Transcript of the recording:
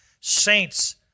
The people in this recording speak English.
saints